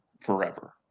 forever